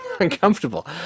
uncomfortable